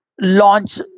Launch